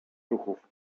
ruchów